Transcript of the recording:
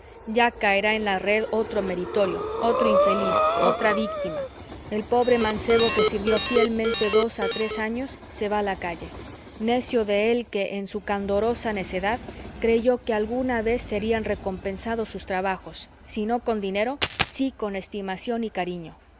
ya caerá en la red otro meritorio otro infeliz otra victima el pobre mancebo que sirvió fielmente dos a tres años se va a la calle necio de él que en su candorosa necedad creyó que alguna vez serían recompensados sus trabajos si no con dinero sí con estimación y cariño